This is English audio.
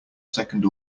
second